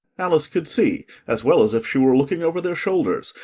alice could see, as well as if she were looking over their shoulders,